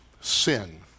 sin